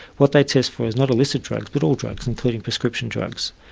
what they test for is not illicit drugs, but all drugs, including prescription drugs,